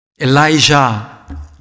Elijah